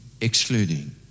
excluding